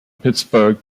pittsburgh